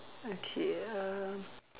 okay uh